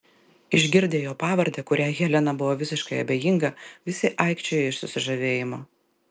išgirdę jo pavardę kuriai helena buvo visiškai abejinga visi aikčiojo iš susižavėjimo